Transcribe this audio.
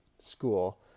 school